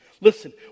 Listen